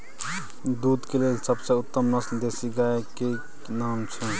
दूध के लेल सबसे उत्तम नस्ल देसी गाय के की नाम छै?